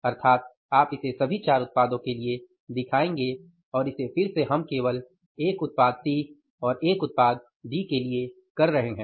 अर्थात आप इसे सभी चार उत्पादों के लिए दिखायेंगे और इसे फिर से हम केवल एक उत्पाद सी और एक उत्पाद डी के लिए कर रहे हैं